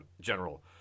general